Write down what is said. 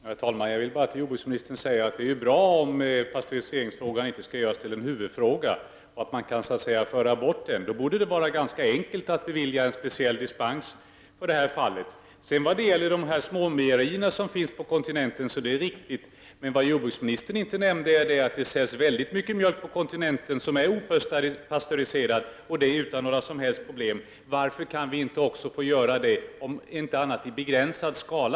Herr talman! Jag vill bara till jordbruksministern säga att det är bra om pastöriseringsfrågan inte görs till en huvudfråga — då kan vi föra bort den. Då borde det vara enkelt att bevilja en speciell dispens i detta fall. Vad sedan gäller småmejerier är det riktigt att det finns sådana nere på kontinenten. Men jordbruksministern nämnde inte att det på kontinenten i stor utsträckning säljs opastöriserad mjölk, utan att detta är förenat med några som helst problem. Varför kan vi inte få göra det här i Sverige, om inte annat så i begränsad skala?